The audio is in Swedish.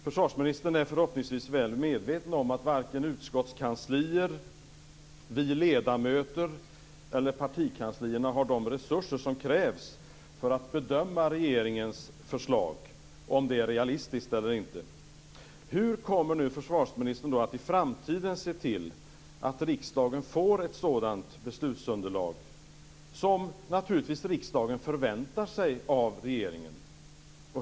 Försvarsministern är förhoppningsvis väl medveten om att varken utskottskanslier, vi ledamöter eller partikanslierna har de resurser som krävs för att bedöma om regeringens förslag är realistiskt eller inte. Hur kommer försvarsministern att i framtiden se till att riksdagen får ett sådant beslutsunderlag som riksdagen förväntar sig av regeringen?